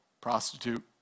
prostitute